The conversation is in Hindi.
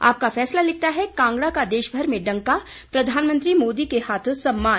आपका फैसला लिखता है कांगड़ा का देशभर में डंका प्रधानमंत्री मोदी के हाथों सम्मान